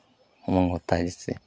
उमंग होता है जिससे